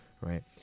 Right